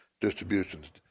distributions